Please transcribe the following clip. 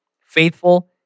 faithful